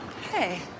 Hey